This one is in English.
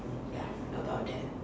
ya about there